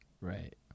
Right